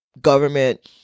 government